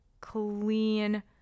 clean